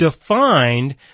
defined